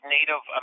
Native